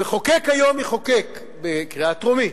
המחוקק היום יחוקק בקריאה טרומית,